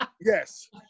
Yes